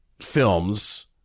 films